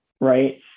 Right